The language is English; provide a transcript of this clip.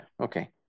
Okay